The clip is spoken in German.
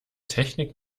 technik